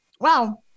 Wow